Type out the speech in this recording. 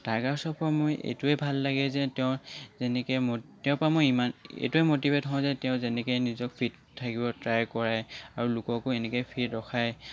tiger শ্ৰফৰ মোৰ এইটোয়ে ভাল লাগে যে তেওঁৰ যেনেকৈ তেওঁৰ পৰা মই ইমানেই এইটোয়ে মটিভেট হওঁ যে তেওঁ যেনেকৈ নিজক ফিট থাকিব ট্ৰাই কৰে আৰু লোককো এনেকৈ ফিট ৰখায়